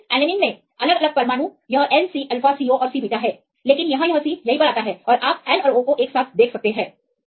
तो leucine alanine में अलग अलग परमाणु यह N C alpha C O और C बीटा है लेकिन यहां यह C यहीं पर आता है और आप Nऔर O को एक साथ देख सकते हैं